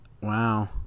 Wow